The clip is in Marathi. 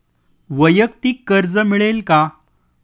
वैयक्तिक कर्ज मिळेल का?